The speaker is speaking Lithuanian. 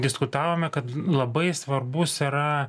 diskutavome kad labai svarbus yra